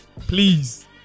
please